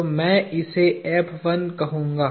तो मैं इसे कहूंगा